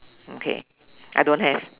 okay I don't have